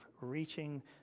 reaching